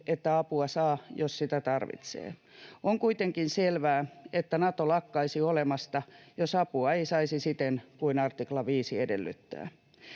että apua saa, jos sitä tarvitsee. On kuitenkin selvää, että Nato lakkaisi olemasta, jos apua ei saisi siten kuin artikla 5 edellyttää.